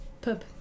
pub